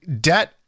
debt